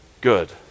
good